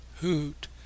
Hoot